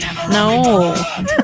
No